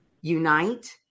unite